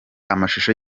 amashusho